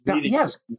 yes